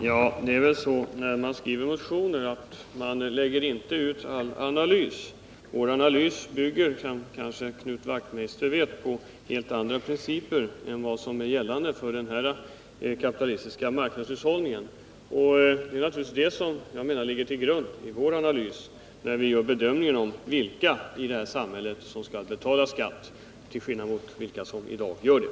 Herr talman! När man skriver motioner lägger man inte ut all analys. Vår analys bygger, som Knut Wachtmeister kanske vet, på helt andra principer än de som är gällande för den kapitalistiska marknadshushållningen. Det ligger naturligtvis till grund för vår analys när vi gör bedömningen av vilka i detta samhälle som skall betala skatt till skillnad från dem som i dag gör det.